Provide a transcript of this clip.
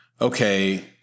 okay